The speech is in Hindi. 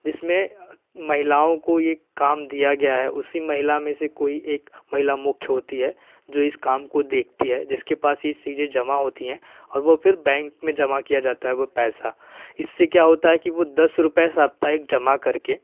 जिसमें महिलओं को एक काम दिया गया है उसी महिला में से कोई एक महिला मुख्य होती है जो इस काम को देखती है जिसके पास यह चीज़ें जमा होती है और वह फिर बैंक में जमा किया जाता है वह पैसा इससे क्या होता है कि वह दस रूपये साप्ताहिक जमा करके